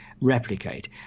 replicate